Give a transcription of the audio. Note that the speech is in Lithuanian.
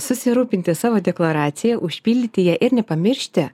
susirūpinti savo deklaracija užpildyti ją ir nepamiršti